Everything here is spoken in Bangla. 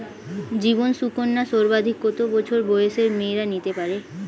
জীবন সুকন্যা সর্বাধিক কত বছর বয়সের মেয়েরা নিতে পারে?